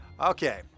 Okay